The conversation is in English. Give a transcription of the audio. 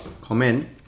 comment